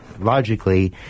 logically